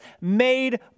made